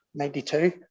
92